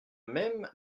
même